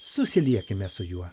susiliekime su juo